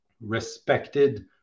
respected